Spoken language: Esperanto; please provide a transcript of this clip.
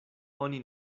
oni